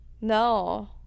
No